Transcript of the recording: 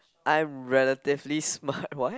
I'm relatively smart what